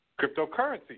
cryptocurrency